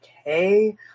okay